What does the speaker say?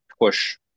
push